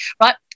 right